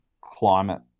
climate